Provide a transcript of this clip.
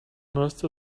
most